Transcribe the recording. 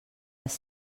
les